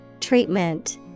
treatment